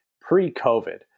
pre-COVID